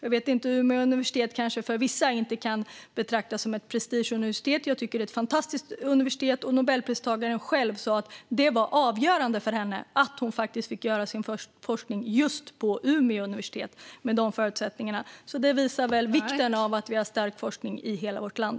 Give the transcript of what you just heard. Umeå universitet kanske inte betraktas som ett prestigeuniversitet av vissa, men jag tycker att det är ett fantastiskt universitet. Nobelpristagaren sa också själv att det var avgörande för henne att hon fick bedriva sin forskning vid just Umeå universitet, med de förutsättningar som fanns där, och det visar väl på vikten av att vi har stärkt forskningen i hela vårt land.